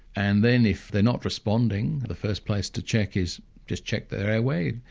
and then if they're not responding, the first place to check is just check their airway.